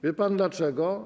Wie pan dlaczego?